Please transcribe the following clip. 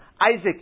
Isaac